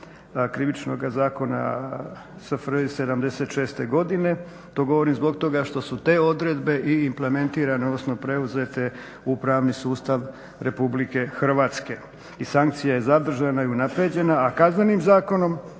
Krivičnog zakona SFRJ '76. godine. To govorim zbog toga što su te odredbe i implementirane odnosno preuzete u pravni sustav Republike Hrvatske i sankcija je zadržana i unaprjeđena, a Kaznenim zakonom